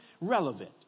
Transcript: relevant